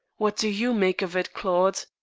what do you make of it, claude?